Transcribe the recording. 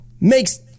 makes